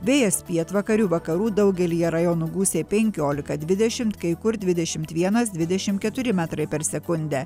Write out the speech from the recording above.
vėjas pietvakarių vakarų daugelyje rajonų gūsiai penkiolika dvidešimt kai kur dvidešimt vienas dvidešimt keturi metrai per sekundę